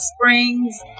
springs